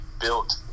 built